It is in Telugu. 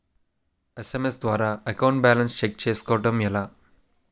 ఎస్.ఎం.ఎస్ ద్వారా అకౌంట్ బాలన్స్ చెక్ చేసుకోవటం ఎలా?